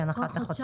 כן, אחת לחודשיים.